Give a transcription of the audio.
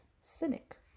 cynic